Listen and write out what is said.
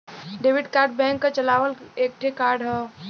debit card bank क चलावल एक ठे कार्ड हौ